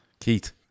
Keith